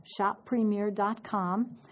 shoppremier.com